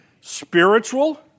spiritual